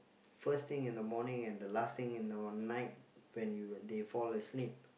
first thing in the morning and the last thing in the night when you they fall asleep